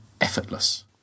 effortless